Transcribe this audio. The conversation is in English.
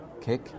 Kick